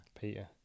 Peter